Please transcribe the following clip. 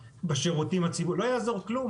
בשירותים הציבוריים לא יעזור כלום,